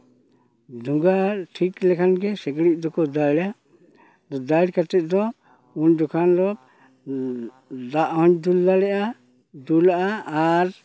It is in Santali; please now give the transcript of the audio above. ᱫᱷᱩᱝᱜᱟᱹ ᱴᱷᱤᱠ ᱞᱮᱠᱷᱟᱱ ᱜᱮ ᱥᱤᱠᱬᱤᱡ ᱫᱚᱠᱚ ᱫᱟᱹᱲᱟ ᱫᱟᱹᱲ ᱠᱟᱛᱮ ᱫᱚ ᱩᱱ ᱡᱚᱠᱷᱟᱱ ᱫᱚ ᱫᱟᱜ ᱦᱚᱸᱢ ᱫᱩᱞ ᱫᱟᱲᱮᱭᱟᱜᱼᱟ ᱫᱩᱞᱟᱜᱼᱟ ᱟᱨ